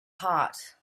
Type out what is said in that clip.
heart